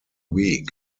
week